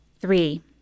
Three